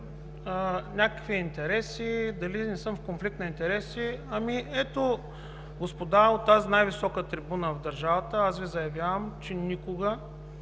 някакви интереси, дали не съм в конфликт на интереси. Ето, господа, от тази най-висока трибуна в държавата, аз Ви заявявам, че никога